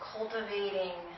cultivating